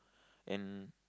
and